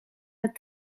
het